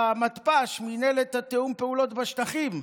המתפ"ש, למינהלת תיאום הפעולות בשטחים,